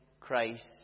Christ